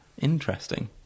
interesting